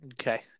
Okay